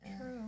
True